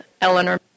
Eleanor